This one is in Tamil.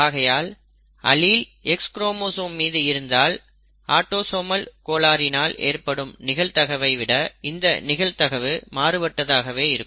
ஆகையால் அலீல் X குரோமோசோம் மீது இருந்தால் ஆட்டோசோமல் கோளாறினால் ஏற்படும் நிகழ்தகவை விட இந்த நிகழ்தகவு மாறுபட்டதாகவே இருக்கும்